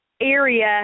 area